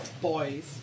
Boys